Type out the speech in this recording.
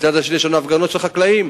ומצד שלישי יש הפגנות של חקלאים,